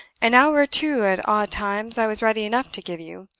an hour or two at odd times i was ready enough to give you.